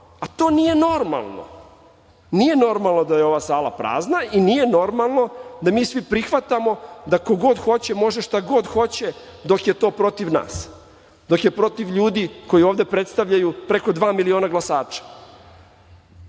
a to nije normalno. Nije normalno da je ova sala prazna i nije normalno da mi svi prihvatamo da ko god hoće može, šta god hoće dok je to protiv nas, dok je protiv ljudi koji ovde predstavljaju preko dva miliona glasača.